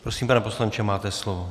Prosím, pane poslanče, máte slovo.